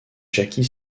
jackie